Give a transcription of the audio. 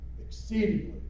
Exceedingly